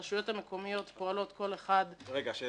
הרשויות המקומיות פועלות כל אחת --- שאלה.